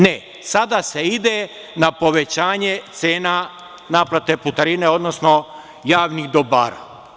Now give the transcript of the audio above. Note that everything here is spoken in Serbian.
Ne, sada se ide na povećanje cena naplate putarine, odnosno javnih dobara.